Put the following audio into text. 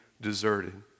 deserted